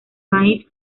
maíz